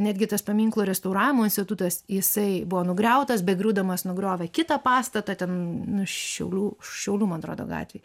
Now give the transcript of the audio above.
netgi tas paminklų restauravimo institutas jisai buvo nugriautas begriūdamas nugriovė kitą pastatą ten šiaulių šiaulių man atrodo gatvėj